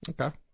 Okay